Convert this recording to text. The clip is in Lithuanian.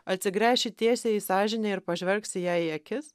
atsigręši tiesiai į sąžinę ir pažvelgsi jai į akis